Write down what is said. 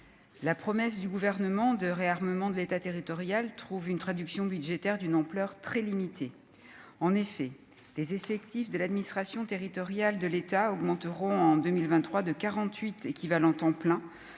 la promesse du gouvernement de réarmement de l'État territorial trouve une traduction budgétaire d'une ampleur très limitée, en effet, les effectifs de l'administration territoriale de l'État augmenteront en 2023 de 48 équivalents temps plein,